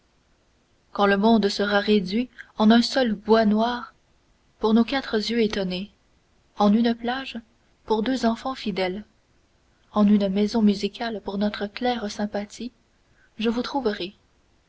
quand le monde sera réduit en un seul bois noir pour nos quatre yeux étonnés en une plage pour deux enfants fidèles en une maison musicale pour notre claire sympathie je vous trouverai